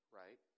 right